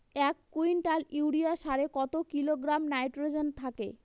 এক quintal urea সারে কত কিলোগ্রাম নাইট্রোজেন থাকে?